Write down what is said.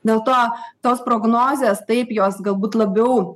dėl to tos prognozės taip jos galbūt labiau